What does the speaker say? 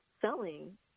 selling